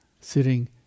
sitting